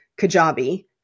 Kajabi